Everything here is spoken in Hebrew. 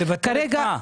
לבטל את מה?